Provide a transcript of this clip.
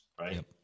right